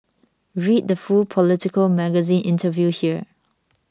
read the full Politico Magazine interview here